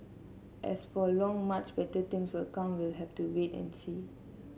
as for long much better things will become we'll have to wait and see